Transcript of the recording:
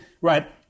right